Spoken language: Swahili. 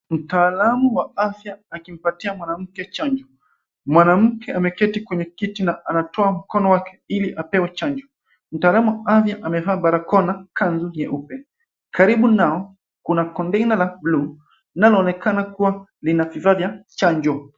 Mtaalamu wa afya akimpatia mwanamke chanjo. Mwanamke ameketi kwenye kiti na anatoa mkono wake ili apewe chanjo. Mtaalamu wa afya amevaa barakoa na kanzu nyeupe. Karibu nao, kuna container la bluu linaloonekana kuwa lina vifaa vya chanjo.